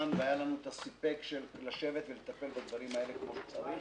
והיה לנו את הסיפק של לשבת ולטפל בדברים האלה כמו שצריך.